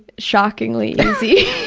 shockingly easy,